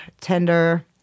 Tender